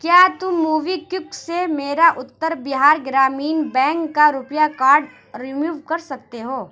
کیا تم MobiKwik سے میرا اتر بہار گرامین بینک کا روپیہ کارڈ رموو کر سکتے ہو